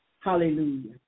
hallelujah